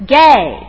gay